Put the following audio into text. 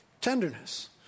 Tenderness